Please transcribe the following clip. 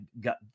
got